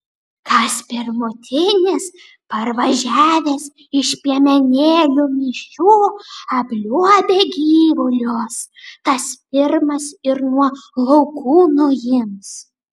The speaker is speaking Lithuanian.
kas pirmutinis parvažiavęs iš piemenėlių mišių apliuobia gyvulius tas pirmas ir nuo laukų nuims